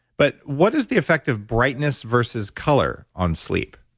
but what is the effect of brightness versus color on sleep?